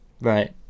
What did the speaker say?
Right